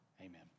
Amen